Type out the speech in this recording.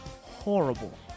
horrible